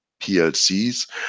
PLCs